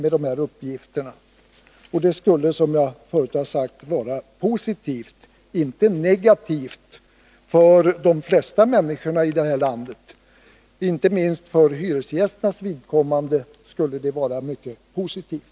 Det skulle, som jag förut sagt, vara positivt, inte negativt, för de flesta människorna i landet. Inte minst för hyresgästernas vidkommande skulle det vara mycket positivt.